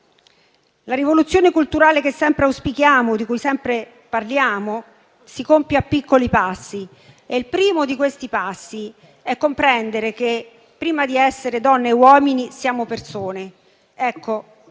La rivoluzione culturale che sempre auspichiamo, di cui sempre parliamo, si compie a piccoli passi e il primo di questi passi è comprendere che, prima di essere donne e uomini, siamo persone. Se